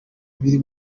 biri